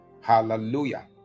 Hallelujah